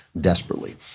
desperately